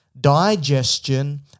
digestion